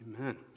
Amen